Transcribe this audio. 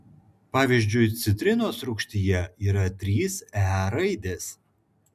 pavyzdžiui citrinos rūgštyje yra trys e raidės